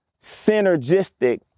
synergistic